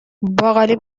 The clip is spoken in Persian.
باقالی